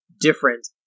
different